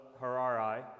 Harari